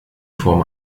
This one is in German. form